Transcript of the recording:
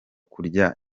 kurya